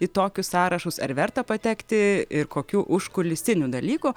į tokius sąrašus ar verta patekti ir kokių užkulisinių dalykų